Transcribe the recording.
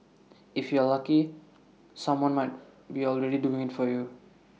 if you are lucky someone might be already doing IT for you